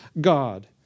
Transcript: God